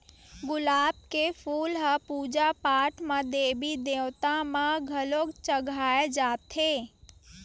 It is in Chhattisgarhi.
गुलाब के फूल पूजा पाठ म देवी देवता म घलो चघाए जाथे